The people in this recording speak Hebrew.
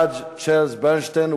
Judge Richard Bernstein,